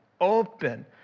open